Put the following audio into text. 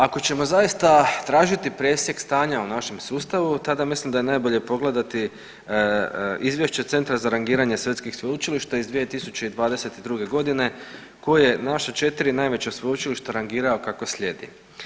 Ako ćemo zaista tražiti presjek stanja u našem sustavu tada mislim da je najbolje pogledati izvješće Centra za rangiranje svjetskih sveučilišta iz 2022. godine koji je naša 4 najveća sveučilišta rangirao kako slijedi.